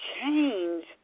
change